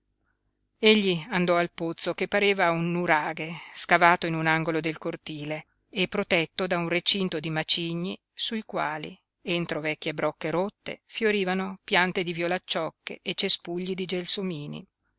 egli andò al pozzo che pareva un nuraghe scavato in un angolo del cortile e protetto da un recinto di macigni sui quali entro vecchie brocche rotte fiorivano piante di violacciocche e cespugli di gelsomini